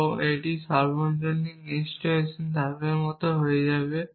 এবং এটি সর্বজনীন ইনস্ট্যান্টিয়েশনের ধাপের মতো হয়ে যাবে